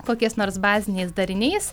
kokiais nors baziniais dariniais